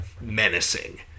menacing